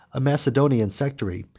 a macedonian sectary,